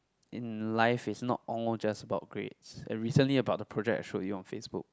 in life it's not all just about grades and recently about the project I show you on Facebook